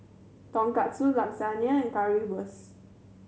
Tonkatsu Lasagne and Currywurst